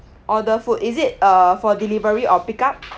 order food is it uh for delivery or pick up